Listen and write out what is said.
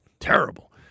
terrible